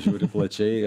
žiūri plačiai